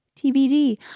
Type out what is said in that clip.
TBD